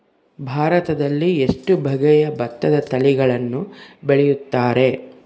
ಭಾರತದಲ್ಲಿ ಎಷ್ಟು ಬಗೆಯ ಭತ್ತದ ತಳಿಗಳನ್ನು ಬೆಳೆಯುತ್ತಾರೆ?